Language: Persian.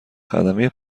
خدمه